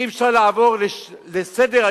אי-אפשר לעבור לסדר-היום,